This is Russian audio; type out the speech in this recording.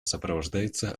сопровождается